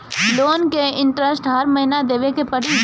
Loan के interest हर महीना देवे के पड़ी?